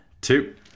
Two